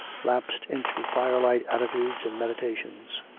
lapsed into firelight attitudes and meditations.